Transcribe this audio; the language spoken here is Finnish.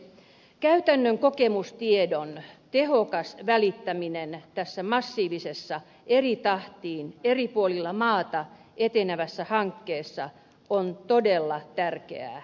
käytännön kokemustiedon tehokas välittäminen tässä massiivisessa eri tahtiin eri puolilla maata etenevässä hankkeessa on todella tärkeää